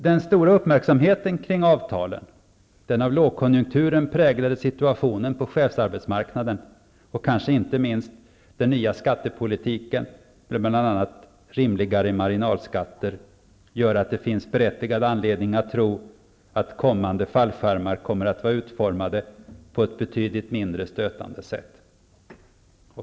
Den stora uppmärksamheten kring avtalen, den av lågkonjunkturen präglade situationen på chefsarbetsmarknaden, och kanske inte minst den nya skattepolitiken med bl.a. rimligare marginalskatter, gör att det finns berättigad anledning att tro att kommande ''fallskärmar'' kommer att vara utformade på ett betydligt mindre stötande sätt.